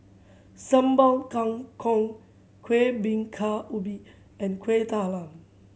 Sambal Kangkong Kueh Bingka Ubi and Kuih Talam